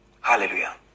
Hallelujah